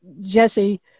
Jesse